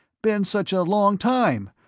been such a long time,